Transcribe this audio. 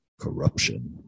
corruption